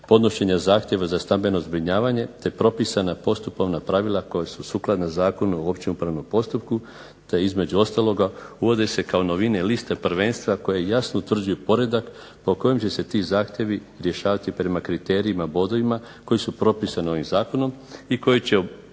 podnošenja zahtjeva za stambeno zbrinjavanje, te propisana postupovna pravila koja su sukladna Zakonu o općem upravnom postupku, te između ostaloga uvode se kao novine liste prvenstva koje jasno utvrđuju poredak po kojem će se ti zahtjevi rješavati prema kriterijima, bodovima koji su propisani ovim zakonom i koji će se objaviti